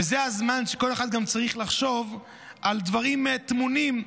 וזה הזמן שכל אחד גם צריך לחשוב על דברים טמונים.